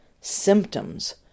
symptoms